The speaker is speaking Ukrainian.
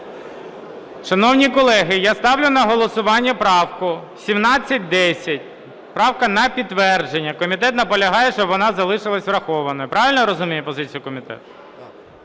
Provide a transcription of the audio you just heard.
Шановні колеги, я ставлю на голосування правку 1710, правка на підтвердження. Комітет наполягає, щоб вона залишилась врахована. Правильно я розумію позицію комітету?